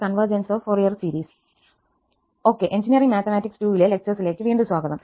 convergence of Fourier series - I okay engineering mathematics 2 ലെ ലെക്ചർസിലേക്ക് വീണ്ടും സ്വാഗതം